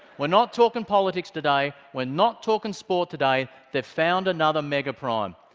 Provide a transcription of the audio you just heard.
we're not talking politics today. we're not talking sport today. they found another megaprime.